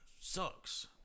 sucks